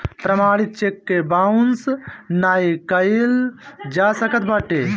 प्रमाणित चेक के बाउंस नाइ कइल जा सकत बाटे